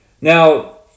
Now